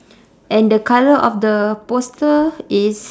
and the colour of the poster is